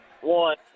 One